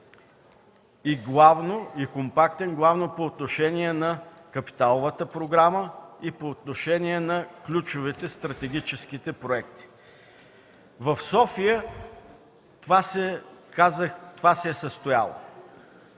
и компактен главно по отношение на капиталовата програма и по отношение на ключовете в стратегическите проекти. В София това се е състояло.